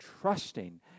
trusting